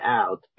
out